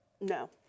No